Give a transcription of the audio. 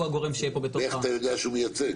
הוא הגורם שיהיה פה בתוך ה --- ואיך אתה יודע שהוא מייצג?